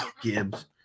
Gibbs